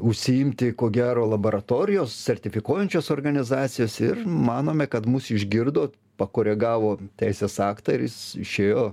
užsiimti ko gero laboratorijos sertifikuojančios organizacijos ir manome kad mus išgirdo pakoregavo teisės aktą ir jis išėjo